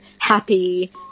happy